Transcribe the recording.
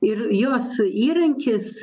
ir jos įrankis